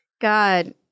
God